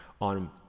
on